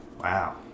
wow